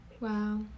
Wow